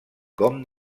com